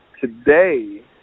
today